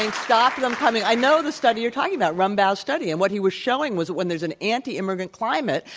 and stop them coming i know the study you're talking about, rumbaugh's study, and what he was showing was that when there's an anti-immigrant climate,